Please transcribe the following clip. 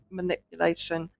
manipulation